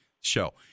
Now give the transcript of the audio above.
show